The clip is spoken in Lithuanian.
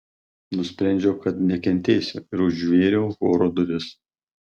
nusprendžiau kad nekentėsiu ir užvėriau choro duris